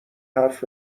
حرف